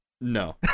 no